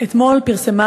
אתמול פרסמה